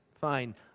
Fine